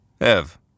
Ev